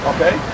Okay